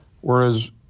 Whereas